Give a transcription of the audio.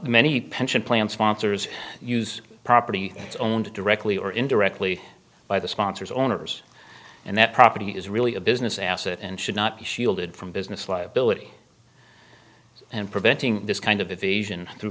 many pension plan sponsors use property owned directly or indirectly by the sponsors owners and that property is really a business asset and should not be shielded from business liability and preventing this kind of evasion through